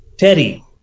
Teddy